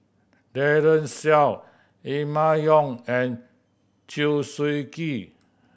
Daren Shiau Emma Yong and Chew Swee Kee